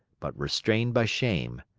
but restrained by shame.